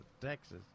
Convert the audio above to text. Texas